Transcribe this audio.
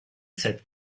cette